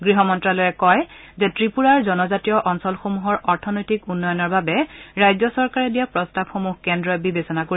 গৃহ মন্তালয়ে কয় যে ত্ৰিপুৰাৰ জনজাতীয় অঞ্চলসমূহৰ অৰ্থনৈতিক উন্নয়নৰ বাবে ৰাজ্য চৰকাৰে দিয়া প্ৰস্তাৱসমূহ কেন্দ্ৰই বিবেচনা কৰিব